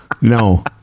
no